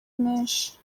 menshi